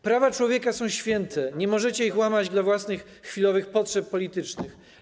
Prawa człowieka są święte, nie możecie ich łamać dla własnych chwilowych potrzeb politycznych.